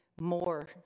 more